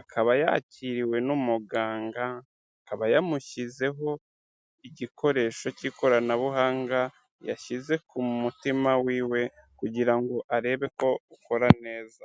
akaba yakiriwe n'umuganga, akaba yamushyizeho igikoresho cy'ikoranabuhanga, yashyize ku mutima wiwe kugira ngo arebe ko ukora neza.